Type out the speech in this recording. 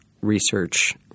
research